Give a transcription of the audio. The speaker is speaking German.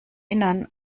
innern